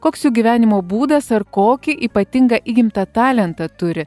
koks jų gyvenimo būdas ar kokį ypatingą įgimtą talentą turi